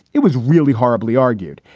it was really horribly argued.